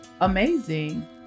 amazing